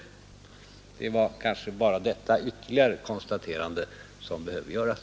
Det är bara detta ytterligare konstaterande som behöver göras.